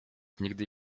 nigdy